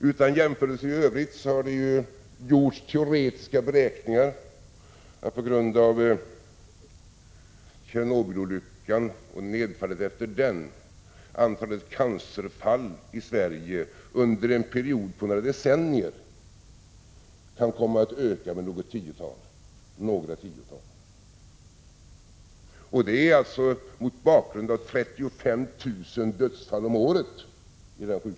Utan jämförelse i övrigt vill jag nämna att det har gjorts teoretiska beräkningar, som visar att på grund av Tjernobylolyckan och nedfallet efter den antalet cancerfalli Sverige under en period på några decennier kan komma att öka med några tiotal. Den siffran kan ses mot bakgrund av att det sker 35 000 dödsfall om året i cancer.